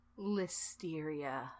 Listeria